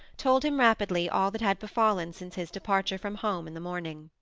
told him rapidly all that had befallen since his departure from home in the morning.